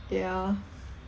ya